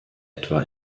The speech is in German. etwa